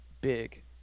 big